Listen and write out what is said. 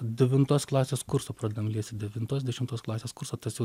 devintos klasės kursą pradedam liesti devintos dešimtos klasės kursą tas jau